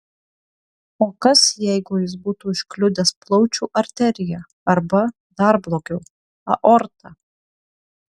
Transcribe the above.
o kas jeigu jis būtų užkliudęs plaučių arteriją arba dar blogiau aortą